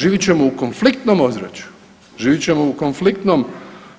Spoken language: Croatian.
Živjet ćemo u konfliktnom ozračju, živjet ćemo u konfliktnom